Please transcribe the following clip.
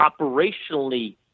operationally